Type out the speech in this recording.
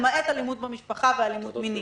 למעט אלימות במשפחה ואלימות מינית.